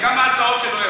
יש לי כמה הצעות שלא הגשתי.